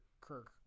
Kirk